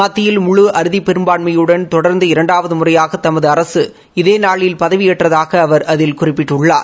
மத்தியில் முழு அறுதிப்பெரும்பான்மையுடன் தொடர்ந்து இரண்டாவது முறையாக தமது அரசு இதேநாளில் பதவியேற்றதாக அவர் அதில் குறிப்பிட்டுள்ளார்